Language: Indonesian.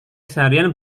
seharian